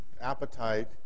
appetite